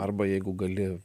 arba jeigu gali